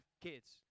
kids